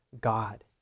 God